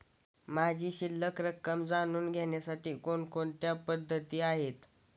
माझी शिल्लक रक्कम जाणून घेण्यासाठी कोणकोणत्या पद्धती आहेत?